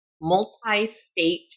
multi-state